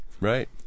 Right